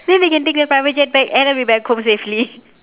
then they can take the private jet back and I'll be back home safely